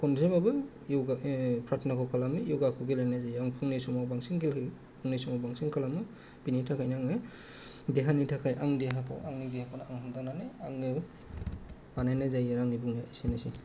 खनसेबाबो यगा प्राथनाखौ खालामो यगाखौ गेलेनाय जायो आं फुंनि समाव बांसिन गेलेयो फुंनि समाव बांसिन खालामो बिनि थाखायनो आंङो देहानि थाखाय आं देहाखौ आंनि देहाखौनो आंनो हमदांनानै बानायनाय जायो आरो आंनि बुंनाया एसेनोसै